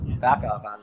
backup